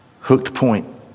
hooked-point